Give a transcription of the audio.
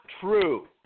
true